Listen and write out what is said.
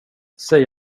säg